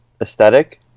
aesthetic